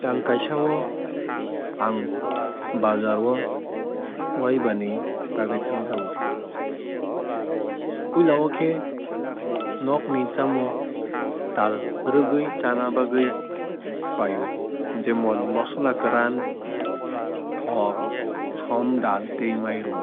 Tal kaisa o ang baazaar o waiba ni bagwui thangjago. Puila o khe nogni chamung tal rwgwui chana bagwui pai o jemon mosola kwran thok som dal tei mairum.